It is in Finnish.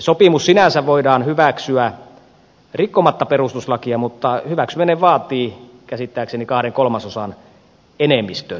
sopimus sinänsä voidaan hyväksyä rikkomatta perustuslakia mutta hyväksyminen vaatii käsittääkseni kahden kolmasosan enemmistön